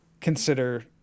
consider